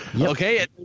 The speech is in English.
okay